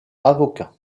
avocat